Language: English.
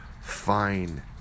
fine